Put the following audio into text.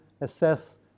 assess